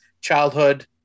childhood